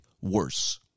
worse